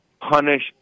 punish